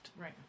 right